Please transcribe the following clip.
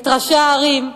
את ראשי הערים,